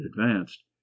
advanced